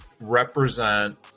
represent